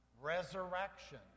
resurrection